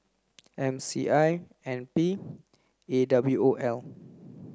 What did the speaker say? M C I N P A W O L